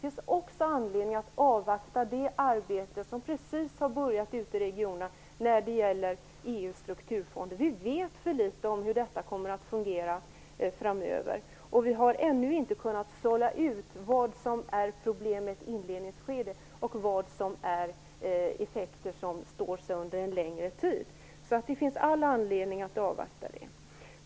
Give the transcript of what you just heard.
Det finns också anledning att avvakta det arbete som precis har börjat i regionerna när det gäller EU:s strukturfond. Vi vet för litet om hur detta kommer att fungera framöver. Vi har ännu inte kunnat sålla ut vad som är problem i ett inledningsskede och vad som är effekter som står sig under en längre tid. Så det finns all anledning att avvakta det.